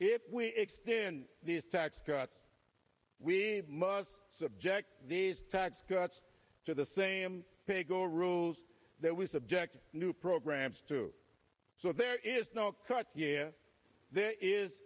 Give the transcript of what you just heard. if we extend these tax cuts we must subject these tax cuts to the same pay go rules that we subject new programs to so there is no cut there is